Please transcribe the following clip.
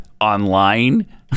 online